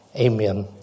Amen